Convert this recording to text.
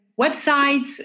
websites